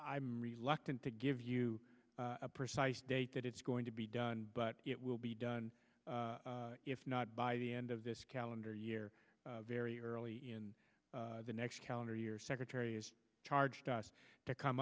i'm reluctant to give you a precise date that it's going to be done but it will be done if not by the end of this calendar year very early in the next calendar year secretary charged us to come